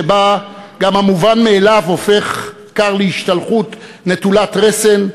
שבה גם המובן מאליו הופך כר להשתלחות נטולת רסן,